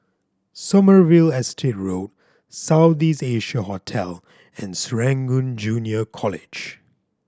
Sommerville Estate Road South East Asia Hotel and Serangoon Junior College